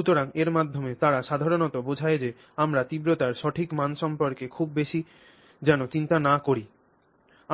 সুতরাং এর মাধ্যমে তারা সাধারণত বোঝায় যে আমরা তীব্রতার সঠিক মান সম্পর্কে খুব বেশি যেন চিন্তা না করি